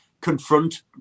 confront